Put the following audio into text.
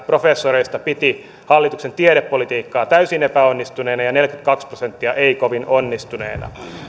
professoreista piti hallituksen tiedepolitiikkaa täysin epäonnistuneena ja neljäkymmentäkaksi prosenttia ei kovin onnistuneena